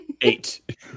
Eight